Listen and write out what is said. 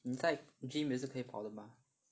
你在 gym 也是可以跑的吗